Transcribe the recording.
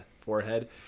forehead